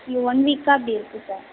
இது ஒன் வீக்காக அப்படி இருக்குது சார்